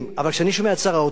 אבל כשאני שומע את שר האוצר